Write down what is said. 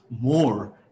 more